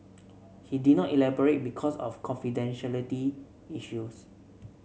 he did not elaborate because of confidentiality issues